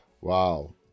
Wow